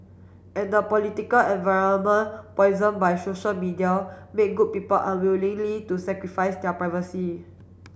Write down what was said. and the political environment poison by social media make good people unwillingly to sacrifice their privacy